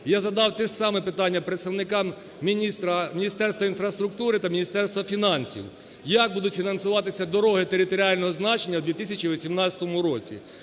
я задав теж саме питання представникам міністра Міністерства інфраструктури та Міністерства фінансів, як будуть фінансуватися дороги територіального значення в 2018 році?